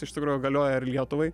iš tikro galioja ir lietuvai